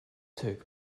took